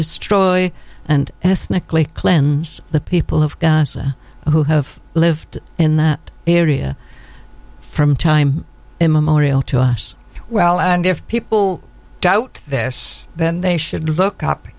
destroy and ethnically cleanse the people of gaza who have lived in that area from time immemorial to us well and if people doubt this then they should look up